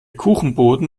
kuchenboden